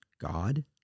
God